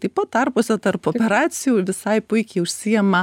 taip pat tarpuose tarp operacijų visai puikiai užsiima